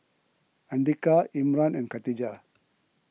andika Imran and Khatijah